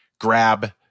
grab